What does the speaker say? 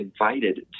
invited